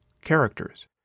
characters